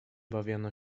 bawiono